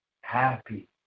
happy